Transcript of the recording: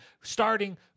starting